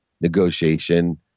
negotiation